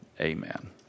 Amen